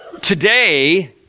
today